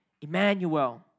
Emmanuel